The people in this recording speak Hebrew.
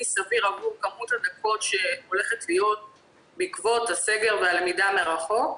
סביר עבור כמות הדקות הצפויה בעקבות הסגר והלמידה מרחוק.